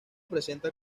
presenta